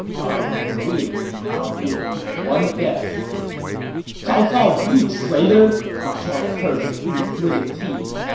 umm, dude, i'll give you one guess cao cao, you traitor! ma chao cursed through gritted teeth.